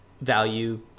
value